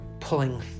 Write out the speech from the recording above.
Pulling